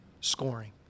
scoring